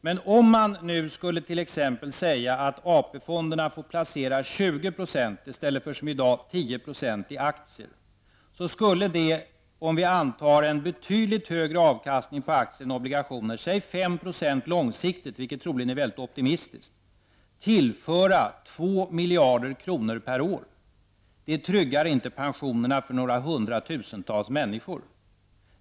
Men om man skulle låta AP-fonderna placera t.ex. 20 % i stället för som i dag 10 % i aktier, skulle detta om vi antar en betydligt högre avkastning på aktier än obligationer -- låt oss säga långsiktigt 5 %, vilket troligen är väldigt optimistiskt -- tillföra 2 miljarder kronor per år, och 2 miljarder kronor per år tryggar inte pensionerna för några tusentals människor.